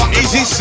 easy